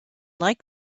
like